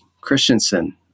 Christensen